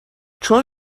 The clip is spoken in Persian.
چون